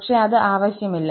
പക്ഷേ അത് ആവശ്യമില്ല